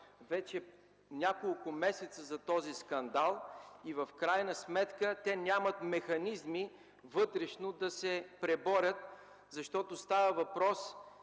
вече няколко месеца за този скандал и в крайна сметка нямат механизми вътрешно да се преборят, защото става въпрос